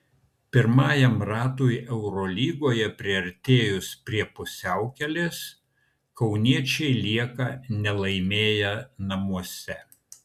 pirmajam ratui eurolygoje priartėjus prie pusiaukelės kauniečiai lieka nelaimėję namuose